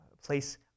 place